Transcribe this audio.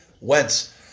Wentz